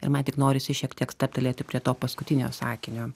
ir man tik norisi šiek tiek stabtelėti prie to paskutinio sakinio